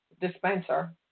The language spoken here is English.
dispenser